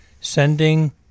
sending